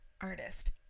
artist